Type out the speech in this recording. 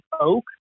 Oak